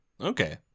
Okay